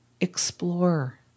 Explore